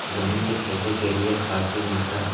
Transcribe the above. गन्ने की खेती के लिए खाद की मात्रा?